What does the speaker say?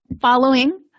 Following